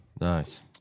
nice